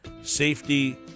safety